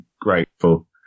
grateful